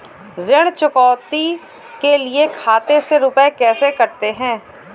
ऋण चुकौती के लिए खाते से रुपये कैसे कटते हैं?